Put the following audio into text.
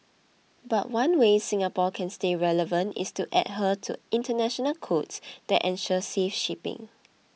but one way Singapore can stay relevant is to adhere to international codes that ensure safe shipping